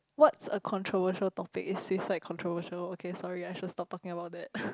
what's a controversial topic it's seems like controversial okay sorry I should stop talking about that